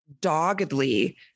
doggedly